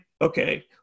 Okay